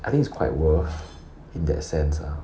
I think it's quite worth in that sense ah